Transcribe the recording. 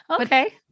Okay